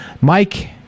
Mike